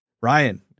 Ryan